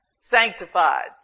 sanctified